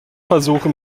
versuche